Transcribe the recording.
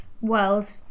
world